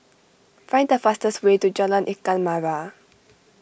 find the fastest way to Jalan Ikan Merah